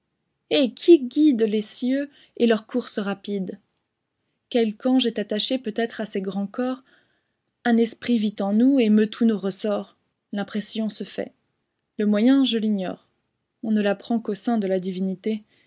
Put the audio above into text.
eh qui guide les cieux et leur course rapide quelque ange est attaché peut-être à ces grands corps un esprit vit en nous et meut tous nos ressorts l'impression se fait le moyen je l'ignore on ne l'apprend qu'au sein de la divinité